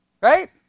Right